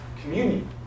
communion